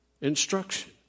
instruction